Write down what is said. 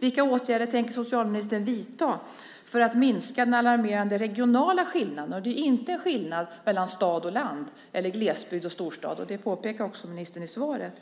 Vilka åtgärder tänker socialministern vidta för att minska den alarmerande regionala skillnaden? Det är inte en skillnad mellan stad och land eller mellan glesbygd och storstad. Det påpekar också ministern i svaret.